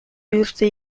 dürfte